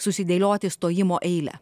susidėlioti stojimo eilę